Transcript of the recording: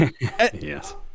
yes